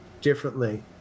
differently